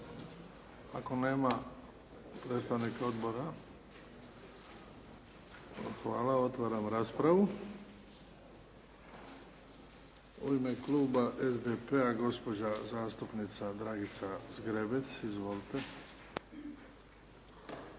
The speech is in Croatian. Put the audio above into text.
Ako nema predstavnika odbora, hvala. Otvaram raspravu. U ime kluba SDP-a, gospođa zastupnica Dragica Zgrebec. Izvolite.